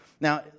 Now